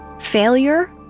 Failure